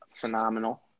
phenomenal